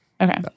Okay